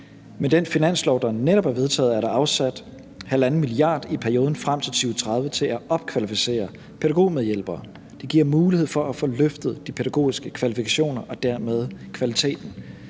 Med den finanslov, der netop er vedtaget, er der afsat 1,5 mia. kr. i perioden frem til 2030 til at opkvalificere pædagogmedhjælpere. Det giver mulighed for at få løftet de pædagogiske kvalifikationer og dermed kvaliteten.